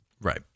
Right